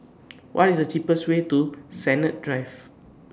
What IS The cheapest Way to Sennett Drive